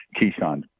Keyshawn